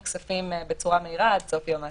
כספים בצורה מהירה עד סוף יום העסקים.